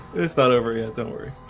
it's not over yet. don't worry